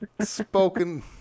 spoken